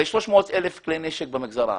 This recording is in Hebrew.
יש 300,000 כלי נשק במגזר הערבי.